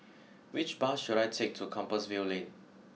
which bus should I take to Compassvale Lane